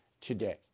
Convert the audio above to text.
today